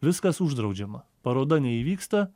viskas uždraudžiama paroda neįvyksta